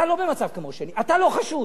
אתה לא במצב כמו שלי, אתה לא חשוד.